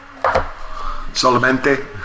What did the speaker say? Solamente